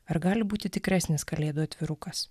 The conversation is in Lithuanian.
ar gali būti tikresnis kalėdų atvirukas